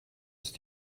ist